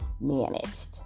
managed